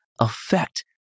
affect